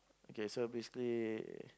okay so basically